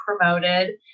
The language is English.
promoted